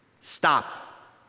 Stop